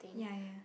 ya ya